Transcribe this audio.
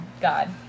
God